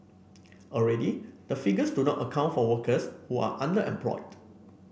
already the figures do not account for workers who are underemployed